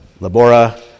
labora